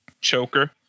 choker